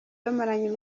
bamaranye